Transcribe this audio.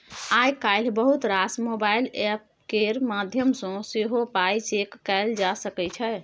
आइ काल्हि बहुत रास मोबाइल एप्प केर माध्यमसँ सेहो पाइ चैक कएल जा सकै छै